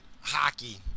hockey